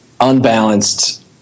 unbalanced